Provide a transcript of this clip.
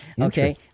Okay